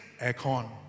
aircon